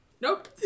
Nope